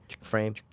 frame